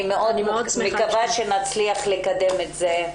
אני מקווה מאוד שנצליח לקדם את זה.